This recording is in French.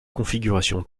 configuration